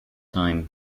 time